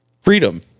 freedom